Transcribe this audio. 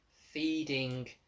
feeding